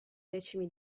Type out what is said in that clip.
decimi